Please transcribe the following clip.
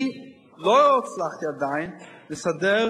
אני לא הצלחתי עדיין לסדר